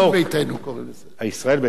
ישראל ביתנו והליכוד זה הליכוד ביתנו.